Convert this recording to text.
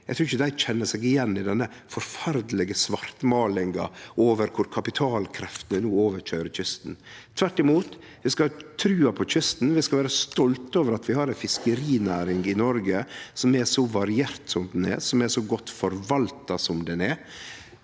Eg trur ikkje dei kjenner seg igjen i denne forferdelege svartmålinga over korleis kapitalkreftene no overkøyrer kysten. Tvert imot: Vi skal ha trua på kysten, vi skal vere stolte over at vi har ei fiskerinæring i Noreg som er så variert som ho er, som er så godt forvalta som ho er,